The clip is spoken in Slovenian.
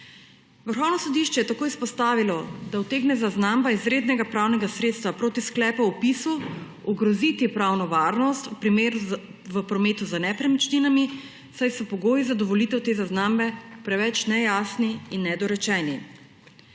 sodišče je tako izpostavilo, da utegne zaznamba izrednega pravnega sredstva proti sklepu o vpisu ogroziti pravno varnost v prometu z nepremičninami, saj so pogoji za dovolitev te zaznambe preveč nejasni in nedorečeni.